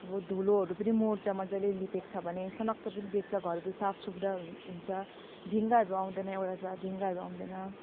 अब धुलोहरू पनि मर्छ मजाले लिपेको छ भने सनक्कै पनि देख्छ घरहरू साफ सुग्घरहरू हुन्छ झिँगाहरू आउँदैन एउटा त झिँगाहरू आउँदैन